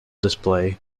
display